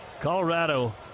Colorado